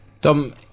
Dom